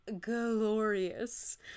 glorious